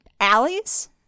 alleys